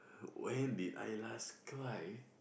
when did I last cry